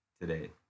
today